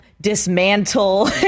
dismantle